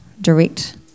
direct